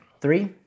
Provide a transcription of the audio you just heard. Three